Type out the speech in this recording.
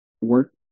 work